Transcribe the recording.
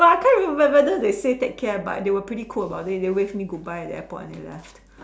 but I can't even remember whether they say take care bye they were pretty cool about it they waved me goodbye at the airport and they left